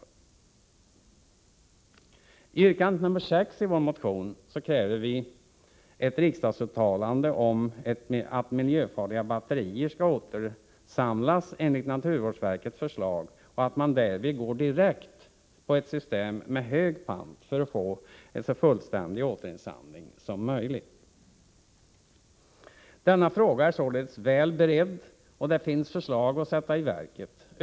I yrkande nr 6 i vår motion kräver vi ett riksdagsuttalande om att miljöfarliga batterier skall återinsamlas enligt naturvårdsverkets förslag och att man härvid går direkt på ett system med hög pant för att få en så fullständig återinsamling som möjligt. Denna fråga är sålunda väl beredd, och det finns förslag att sätta i verket.